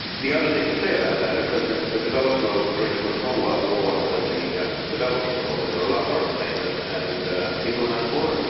the other thing to say about that of course is the developed world drinks a whole lot more than the um developing world where there are a lot more abstainers and people are much poorer,